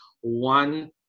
one